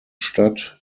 statt